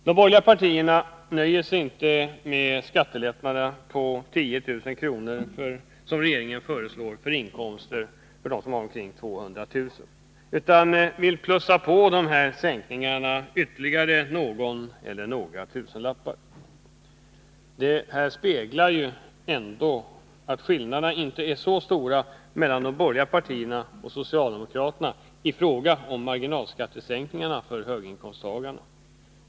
De borgerliga partierna nöjer sig inte med skattelättnaderna på 10 000 kr. som regeringen föreslår för inkomster kring 200 000 utan vill plussa på dessa sänkningar ytterligare någon eller några tusenlappar. Detta speglar att skillnaderna inte är så stora mellan de borgerliga partierna och socialdemokraterna i fråga om marginalskattesänkningarna för höginkomsttagarna.